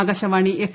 Akashvani F